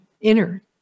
inner